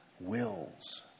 wills